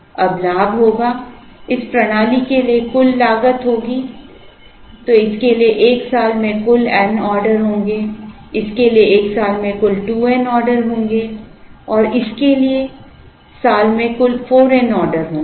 अब लाभ होगा इस प्रणाली के लिए कुल लागत होगी तो इसके लिए एक साल में कुल n ऑर्डर होंगे इसके लिए एक साल में कुल 2 n ऑर्डर होंगे और इसके लिए साल में कुल 4 n ऑर्डर होंगे